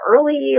early